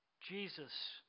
Jesus